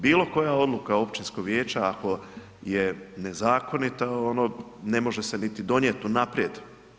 Bilo koja odluka općinskog vijeća ako je nezakonita ne može se niti donijeti unaprijed.